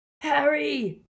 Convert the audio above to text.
Harry